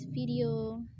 video